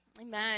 Amen